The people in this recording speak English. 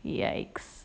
yikes